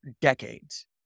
decades